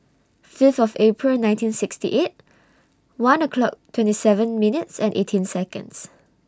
Fifth of April nineteen sixty eight one o'clock twenty seven minutes and eighteen Seconds